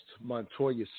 Montoya